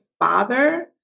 father